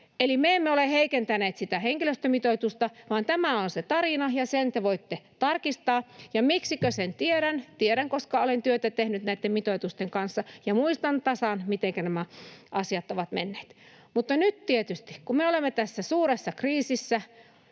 Eli me emme ole heikentäneet sitä henkilöstömitoitusta, vaan tämä on se tarina ja sen te voitte tarkistaa. Ja miksikö sen tiedän? Tiedän, koska olen työtä tehnyt näitten mitoitusten kanssa ja muistan tasan, mitenkä nämä asiat ovat menneet. Mutta nyt tietysti, kun me olemme tässä suuressa kriisissä